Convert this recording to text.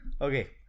Okay